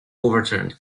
overturned